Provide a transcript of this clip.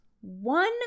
one